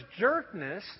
jerkness